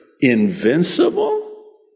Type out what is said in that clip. invincible